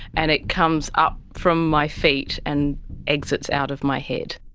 and it comes up from my feet and exits out of my head.